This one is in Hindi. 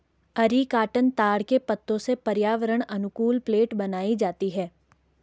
अरीकानट ताड़ के पत्तों से पर्यावरण अनुकूल प्लेट बनाई जाती है